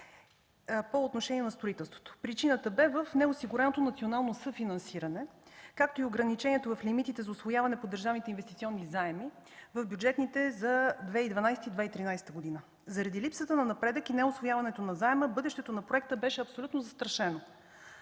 по отношение на строителството. Причината бе в неосигуреното национално съфинансиране, както и ограниченията в лимитите за усвояване по държавните инвестиционни заеми в бюджетите за 2012 и 2013 г. Заради липсата на напредък и неусвояването на заема бъдещето на проекта беше абсолютно застрашено.